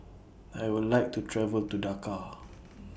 I Would like to travel to Dakar